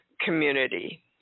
community